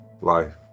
life